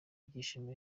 byishimo